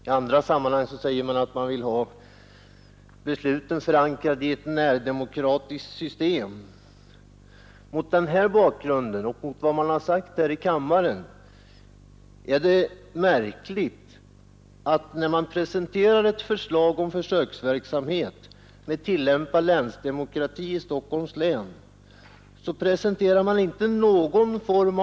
I andra sammanhang vill man ha besluten förankrade i ett närdemokratiskt system. Mot denna bakgrund och mot bakgrund av vad man sagt här i kammaren är det märkligt att man inte presenterar någon form av synpunkter från den länsdemokratiska församling som skall sköta denna verksamhet, nämligen landstinget.